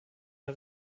der